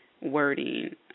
wording